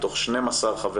מתוך 12 חברים,